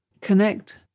Connect